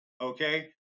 Okay